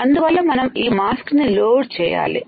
అందువల్ల మనం మాస్క్ ని లోడ్ చేయాలి